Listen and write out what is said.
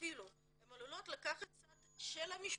אפילו להפך הן עלולות לקחת צד של המשפחה.